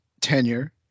tenure